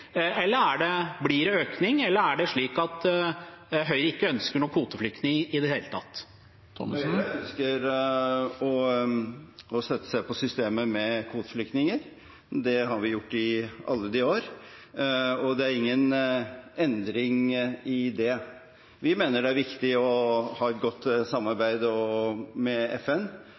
Blir det økning, eller er det slik at Høyre ikke ønsker noen kvoteflyktninger i det hele tatt? Høyre ønsker å støtte seg på systemet med kvoteflyktninger. Det har vi gjort i alle de år, og det er ingen endring i det. Vi mener det er viktig å ha et godt samarbeid med FN